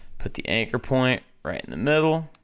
put the anchor point right in the middle,